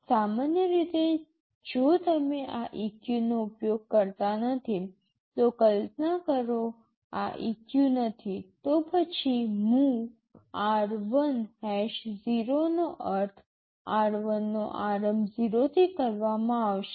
સામાન્ય રીતે જો તમે આ EQ નો ઉપયોગ કરતા નથી તો કલ્પના કરો કે આ EQ નથી તો પછી MOV r1 0 નો અર્થ r1 નો આરંભ 0 થી કરવામાં આવશે